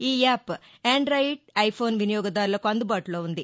ఈ app android iPhone వినియోగదారులకు అందుబాటులో ఉంది